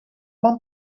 bon